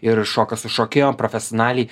ir šoka su šokėjom profesionaliai